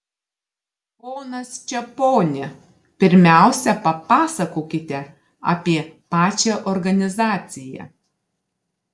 ponas čeponi pirmiausia papasakokite apie pačią organizaciją